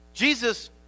Jesus